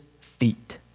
feet